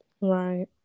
Right